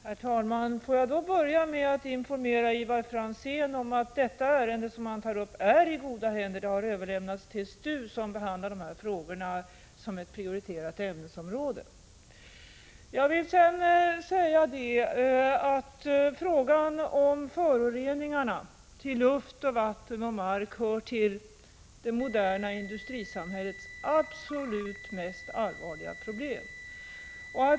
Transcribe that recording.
Herr talman! Låt mig börja med att informera Ivar Franzén om att det ärende han tar upp är i goda händer. Det har överlämnats till STU, som behandlar det som ett prioriterat ämnesområde. Föroreningarna av luften, marken och vattnet hör till det moderna industrisamhällets absolut allvarligaste problem.